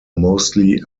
mostly